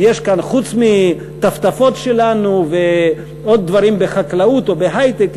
חוץ מטפטפות שלנו ועוד דברים בחקלאות או בהיי-טק,